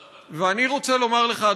רוצה לומר לך,